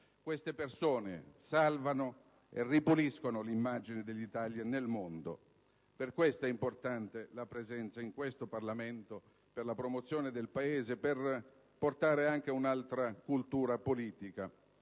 Queste persone salvano e ripuliscono l'immagine dell'Italia nel mondo. Per questo motivo è importante la presenza in questo Parlamento, per la promozione del Paese e per portare anche un'altra cultura politica,